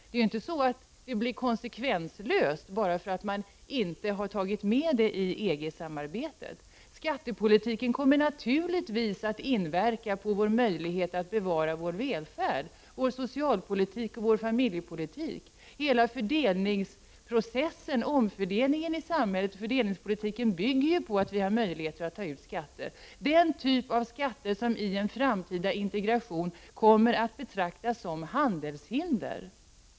Det blir inte konsekvenslöst bara därför att denna sektor inte tagits med i EG-samarbetet. Skattepolitiken kommer naturligtvis att inverka på vår möjlighet att bevara vår välfärd, vår socialpolitik och vår familjepolitik. Hela fördelningspolitiken bygger på att vi har möjligheter att ta ut skatter, den typ av skatter som i en framtida integration kommer att betraktas som handelshinder.